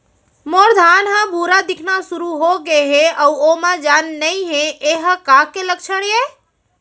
मोर धान ह भूरा दिखना शुरू होगे हे अऊ ओमा जान नही हे ये का के लक्षण ये?